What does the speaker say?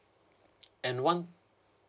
and one